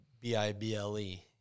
b-i-b-l-e